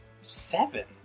seven